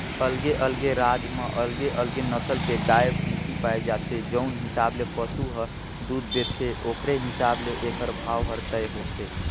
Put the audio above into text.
अलगे अलगे राज म अलगे अलगे नसल के गाय, भइसी पाए जाथे, जउन हिसाब ले पसु ह दूद देथे ओखरे हिसाब ले एखर भाव हर तय होथे